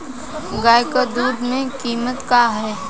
गाय क दूध क कीमत का हैं?